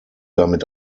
damit